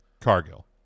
Cargill